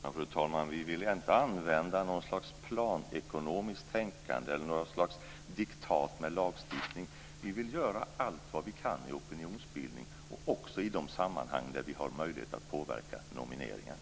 Fru talman! Vi vill inte använda något slags planekonomiskt tänkande eller något slags diktat med lagstiftning. Vi vill göra allt vad vi kan med opinionsbildning och också verka i de sammanhang där vi har möjlighet att påverka nomineringar.